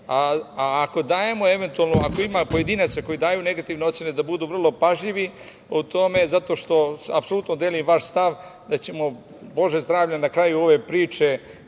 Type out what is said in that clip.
a ako ima pojedinaca koji daju negativne ocene, da budu vrlo pažljivi u tome, zato što apsolutno delim vaš stav da ćemo, bože zdravlja, na kraju ove priče,